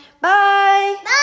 Bye